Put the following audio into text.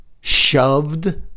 shoved